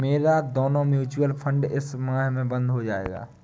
मेरा दोनों mutual fund इस माह में बंद हो जायेगा